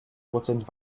prozent